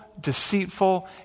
deceitful